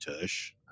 tush